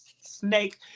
snake